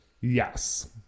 Yes